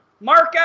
Marco